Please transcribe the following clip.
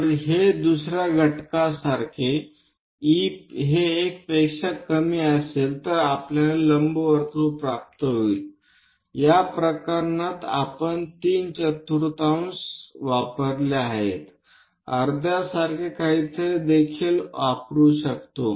जर हे दुसर्या घटकासारखे e हे 1 पेक्षा कमी असेल तर आपल्याला लंबवर्तुळ प्राप्त होईल या प्रकरणात आपण तीन चतुर्थांश वापरले आहेत अर्ध्या सारखे काहीतरी देखील वापरू शकते